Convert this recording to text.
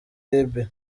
libiya